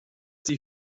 sie